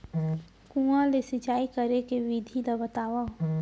कुआं ले सिंचाई करे के विधि ला बतावव?